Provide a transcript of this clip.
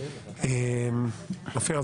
אופיר,